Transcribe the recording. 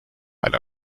einer